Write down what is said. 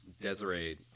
Desiree